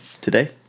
today